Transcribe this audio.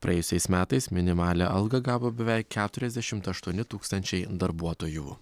praėjusiais metais minimalią algą gavo beveik keturiasdešimt aštuoni tūkstančiai darbuotojų